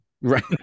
Right